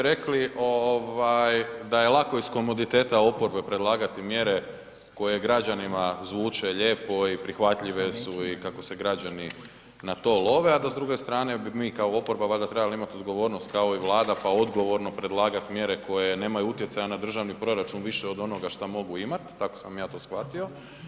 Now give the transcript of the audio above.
Kolega Bačić, vi ste rekli da je lako iz komoditeta oporbe predlagati mjere koje građanima zvuče lijepo i prihvatljive su i kako se građani na to love a da s druge strane bi mi kao oporba valjda trebali imati odgovornost kao i Vlada pa odgovorno predlagat mjere koje nemaju utjecaja na državni proračun više od onoga što mogu imat, tako sam ja to shvatio.